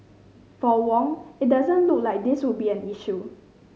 for Wong it doesn't look like this will be an issue